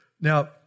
Now